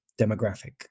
demographic